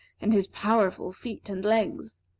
and his powerful feet and legs.